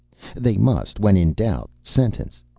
they must, when in doubt, sentence.